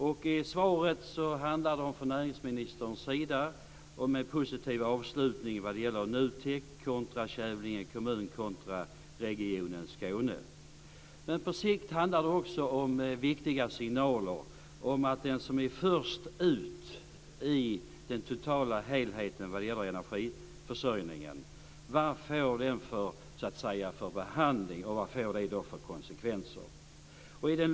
I svaret handlar det från näringsministerns sida om en positiv avslutning via NUTEK kontra Kävlinge kommun och kontra Region Skåne. På sikt handlar det också om viktiga signaler om den som är först ut i den totala helheten vad gäller energiförsörjningen. Vad får den för behandling, och vad får det för konsekvenser?